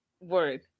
word